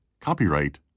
copyright